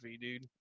dude